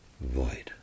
void